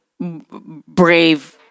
brave